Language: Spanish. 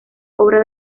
obra